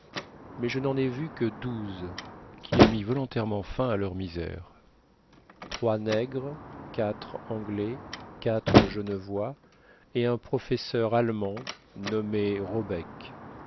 mais je n'en ai vu que douze qui aient mis volontairement fin à leur misère trois nègres quatre anglais quatre genevois et un professeur allemand nommé robeck